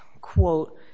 quote